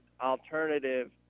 alternative